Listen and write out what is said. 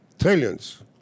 trillions